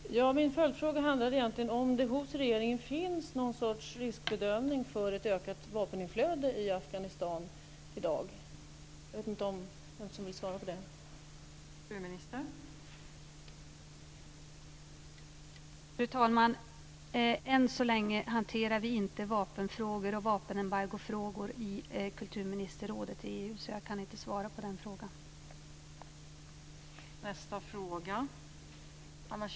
Fru talman! Min följdfråga gäller om det hos regeringen finns någon sorts riskbedömning för ett ökat vapeninflöde i Afghanistan i dag. Jag vet inte om det finns någon som vill svara på den frågan.